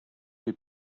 les